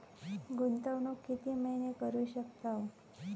गुंतवणूक किती महिने करू शकतव?